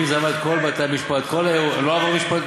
כי אם זה עבר את כל בתי-המשפט, לא עבר משפטים?